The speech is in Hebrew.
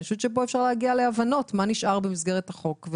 אני חושבת שכאן אפשר להגיע להבנות מה נשאר במסגרת החוק.